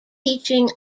teaching